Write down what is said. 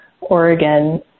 Oregon